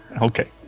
Okay